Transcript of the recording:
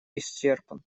исчерпан